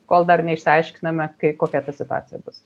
kol dar neišsiaiškinome kai kokia ta situacija bus